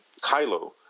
Kylo